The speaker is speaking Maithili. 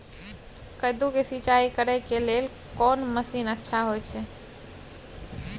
कद्दू के सिंचाई करे के लेल कोन मसीन अच्छा होय है?